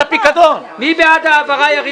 כמה נשאר ברזרבה, שנדע